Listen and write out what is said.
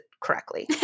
correctly